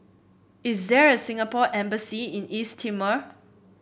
is there a Singapore Embassy in East Timor